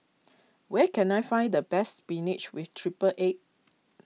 where can I find the best Spinach with Triple Egg